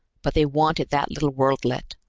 but they wanted that little worldlet.